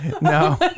No